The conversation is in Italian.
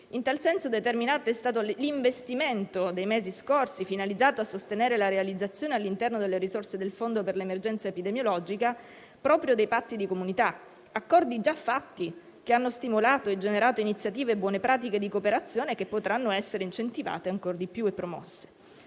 In tal senso, determinante è stato l'investimento dei mesi scorsi finalizzato a sostenere la realizzazione, all'interno delle risorse del Fondo per l'emergenza epidemiologica da Covid-19, proprio dei patti di comunità; accordi già fatti, che hanno stimolato e generato iniziative e buone pratiche di cooperazione che potranno essere incentivate ancor di più e promosse.